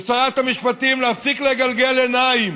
לשרת המשפטים, להפסיק לגלגל עיניים.